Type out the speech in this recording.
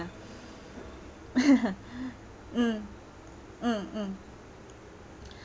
mm mm mm